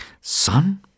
Son